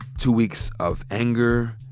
two weeks of anger,